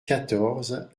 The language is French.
quatorze